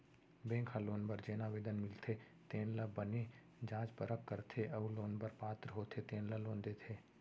bank ह loan बर जेन आवेदन मिलथे तेन ल बने जाँच परख करथे अउ लोन बर पात्र होथे तेन ल लोन देथे